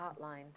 hotline